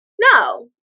No